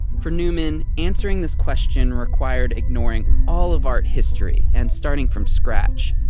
for newman, answering this question required ignoring all of art history and starting from scratch.